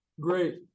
Great